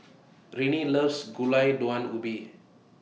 Rennie loves Gulai Daun Ubi